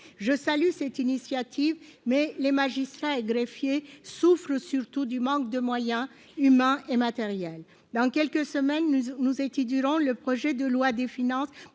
je salue cette initiative mais les magistrats et greffiers souffle surtout du manque de moyens humains et matériels dans quelques semaines, nous nous a été durant le projet de loi des finances